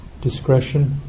discretion